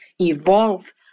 evolve